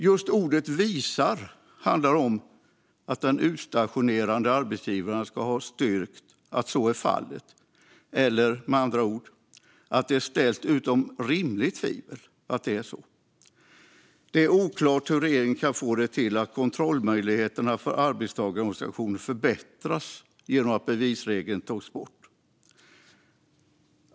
Just ordet "visa" handlar om att den utstationerande arbetsgivaren ska styrka att så är fallet eller, med andra ord, att det är ställt utom rimligt tvivel att det är så. Det är oklart hur regeringen kan få det till att kontrollmöjligheterna för arbetstagarorganisationerna förbättrats genom att bevisregeln togs bort.